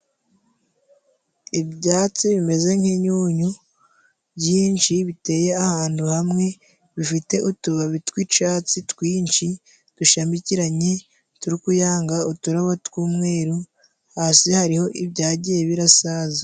Ibyatsi bimeze nk'inyunyu byinshi, biteye ahantu hamwe bifite utubabi tw'icatsi twinshi dushamikiranye, turikuyanga uturabo tw'umweru, hasi hariho ibyagiye birasaza.